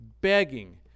begging